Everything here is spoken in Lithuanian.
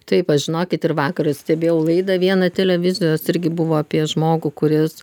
taip va žinokit ir vakar stebėjau laidą vieną televizijos irgi buvo apie žmogų kuris